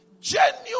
Genuine